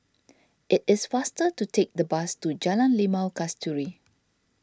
it is faster to take the bus to Jalan Limau Kasturi